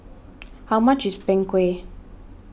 how much is Png Kueh